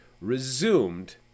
resumed